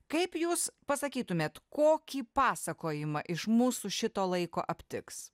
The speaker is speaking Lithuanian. kaip jūs pasakytumėt kokį pasakojimą iš mūsų šito laiko aptiks